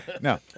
No